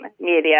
media